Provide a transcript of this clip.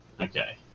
okay